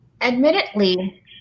Admittedly